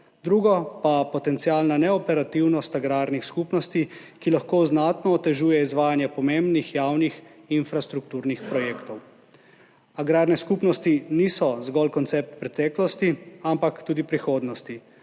Drugo pa potencialna neoperativnost agrarnih skupnosti, ki lahko znatno otežuje izvajanje pomembnih javnih infrastrukturnih projektov. Agrarne skupnosti niso zgolj koncept preteklosti, ampak tudi prihodnosti,